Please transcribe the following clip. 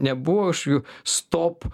nebuvo iš jų stop